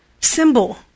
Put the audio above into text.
symbol